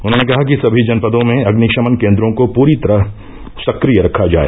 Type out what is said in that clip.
उन्होंने कहा कि सभी जनपदों में अग्निशमन केन्द्रों को पूरी तरह सक्रिय रखा जाए